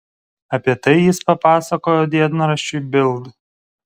apie tai jis papasakojo dienraščiui bild